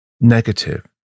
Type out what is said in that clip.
negative